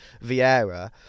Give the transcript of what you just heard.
Vieira